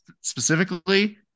specifically